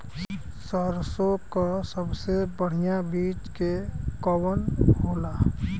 सरसों क सबसे बढ़िया बिज के कवन होला?